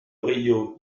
río